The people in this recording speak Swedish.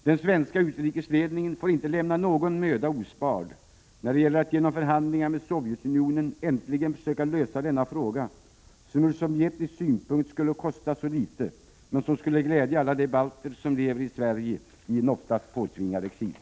Den svenska utrikesledningen får inte spara någon möda när det gäller att genom förhandlingar med Sovjetunionen äntligen försöka lösa denna fråga, som ur sovjetisk synpunkt skulle kosta så litet men som skulle glädja alla de balter som lever i Sverige i en oftast påtvingad exil.